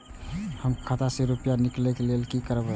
हम खाता से रुपया निकले के लेल की करबे?